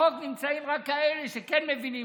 בחוק נמצאים רק כאלה שכן מבינים,